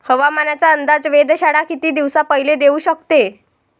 हवामानाचा अंदाज वेधशाळा किती दिवसा पयले देऊ शकते?